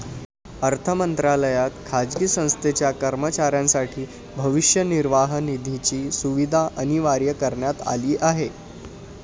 अर्थ मंत्रालयात खाजगी संस्थेच्या कर्मचाऱ्यांसाठी भविष्य निर्वाह निधीची सुविधा अनिवार्य करण्यात आली आहे